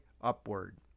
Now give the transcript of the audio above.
upward